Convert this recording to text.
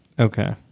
Okay